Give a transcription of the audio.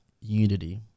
unity